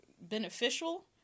beneficial